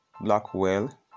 Blackwell